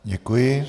Děkuji.